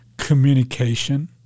communication